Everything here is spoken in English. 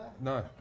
No